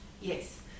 yes